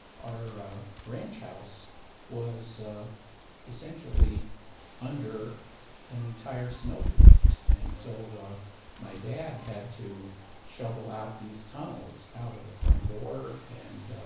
our ranch house was essentially under an entire snowdrift, and so my dad had to shovel out these tunnels out of the front door. and,